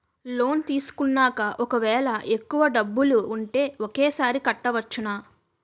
Loan తీసుకున్నాక ఒకవేళ ఎక్కువ డబ్బులు ఉంటే ఒకేసారి కట్టవచ్చున?